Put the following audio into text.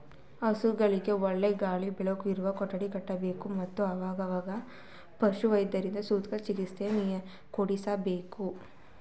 ಹಸುಗಳಿಗೆ ಒಳ್ಳೆಯ ಗಾಳಿ ಬೆಳಕು ಇರುವ ಕೊಟ್ಟಿಗೆ ಕಟ್ಟಬೇಕು, ಮತ್ತು ಆಗಾಗ ಪಶುವೈದ್ಯರಿಂದ ಸೂಕ್ತ ಚಿಕಿತ್ಸೆ ಕೊಡಿಸಬೇಕು